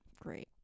great